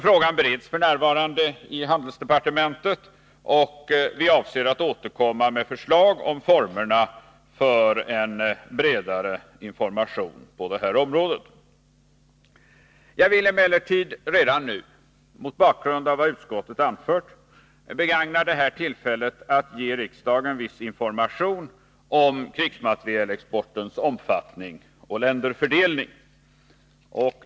Frågan bereds f. n. inom handelsdepartementet, och vi avser att återkomma med förslag om formerna för en bredare information på detta område. Jag vill emellertid redan nu — mot bakgrund av vad utskottet anfört — begagna tillfället att ge riksdagen viss information om krigsmaterielexportens omfattning och länderfördelning.